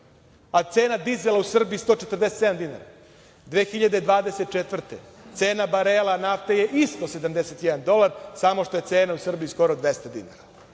a cena dizela u Srbiji 147 dinara. Godine 2024. cena barela nafte je isto 71 dolar, samo što je cena u Srbiji skoro 200 dinara.